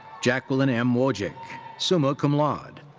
jacqueline m. wojcik, summa cum laude.